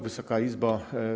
Wysoka Izbo!